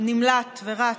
נמלט ורץ.